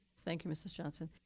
thank you, mrs. johnson.